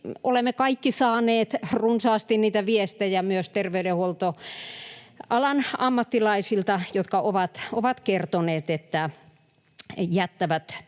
olemme kaikki saaneet runsaasti viestejä myös terveydenhuoltoalan ammattilaisilta, jotka ovat kertoneet, että jättävät